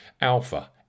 Alpha